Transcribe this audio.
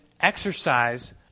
exercise